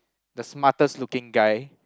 the smartest looking guy